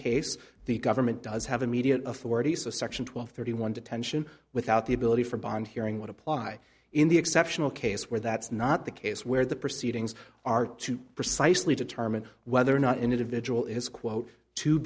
case the government does have immediate authority so section twelve thirty one detention without the ability for bond hearing would apply in the exceptional case where that's not the case where the proceedings are to precisely determine whether or not individual is quote to